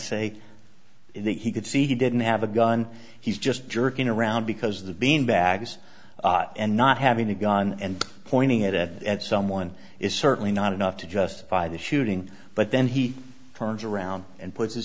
say that he could see he didn't have a gun he's just jerking around because the beanbags and not having a gun and pointing it at someone is certainly not enough to justify the shooting but then he turns around and puts his